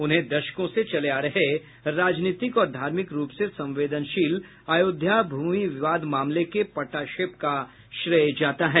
उन्हें दशकों से चले आ रहे राजनीतिक और धार्मिक रूप से संवेदनशील अयोध्या भूमि विवाद मामले के पटाक्षेप का श्रेय जाता है